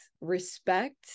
respect